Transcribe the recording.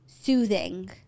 soothing